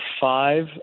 five